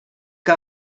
que